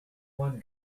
one